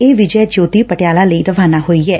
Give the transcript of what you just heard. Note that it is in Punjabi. ਇਹ ਵਿਜੈ ਜਯੋਤੀ ਪਟਿਆਲਾ ਲਈ ਰਵਾਨਾ ਹੋਈ ਐ